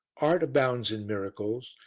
art abounds in miracles,